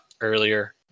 earlier